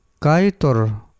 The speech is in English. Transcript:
Kaitor